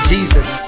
Jesus